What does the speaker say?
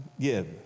give